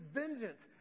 vengeance